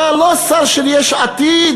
אתה לא שר של יש עתיד,